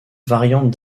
variante